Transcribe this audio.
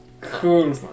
cool